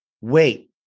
wait